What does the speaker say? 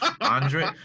Andre